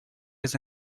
his